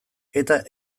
eta